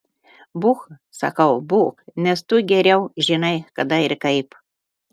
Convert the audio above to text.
būk sakau būk nes tu geriau žinai kada ir kaip